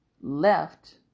left